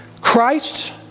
Christ